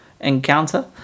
encounter